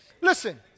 Listen